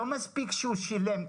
לא מספיק שהוא שילם,